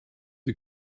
who